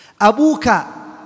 abuka